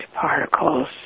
particles